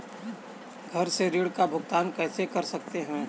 घर से ऋण का भुगतान कैसे कर सकते हैं?